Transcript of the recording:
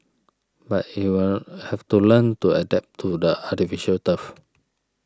but he will have to learn to adapt to the artificial turf